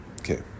Okay